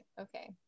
Okay